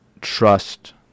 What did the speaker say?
trust